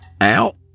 out